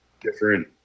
different